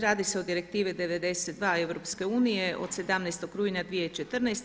Radi se o Direktivi 92 EU od 17. rujna 2014.